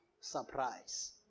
surprise